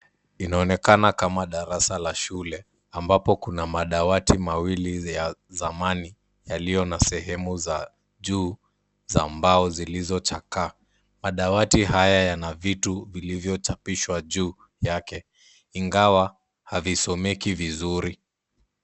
Inaonekana kama darasa la shule, ambapo kuna madawati mawili ya zamani yaliyo na sehemu za juu za mbao zilizochakaa. Madawati haya yana vitu vilivyochapishwa juu yake, ingawa havisomeki vizuri.